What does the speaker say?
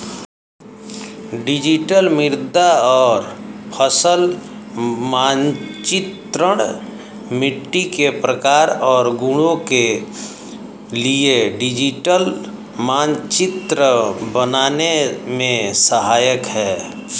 digital मृदा और फसल मानचित्रण मिट्टी के प्रकार और गुणों के लिए डिजिटल मानचित्र बनाने में सहायक है